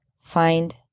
Find